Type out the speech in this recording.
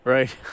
Right